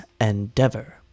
Endeavor